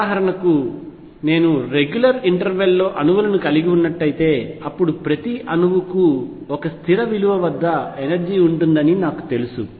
ఉదాహరణకు నేను రెగ్యులర్ ఇంటర్వెల్లో అణువులను కలిగి ఉన్నట్లయితే అప్పుడు ప్రతి అణువుకు ఒక స్థిర విలువ వద్ద ఎనర్జీ ఉంటుందని నాకు తెలుసు